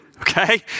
Okay